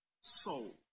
soul